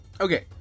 Okay